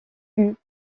eut